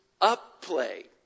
upplay